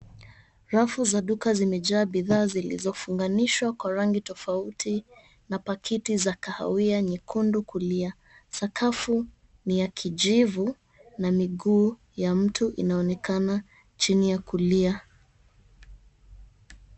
Rafu za duka zimejaa bidhaa zilizofunganishwa kwa rangi tofauti na paketi za kahawia nyekundu. Kulia, sakafu ni ya kijivu na miguu ya mtu inaonekana chini ya kulia.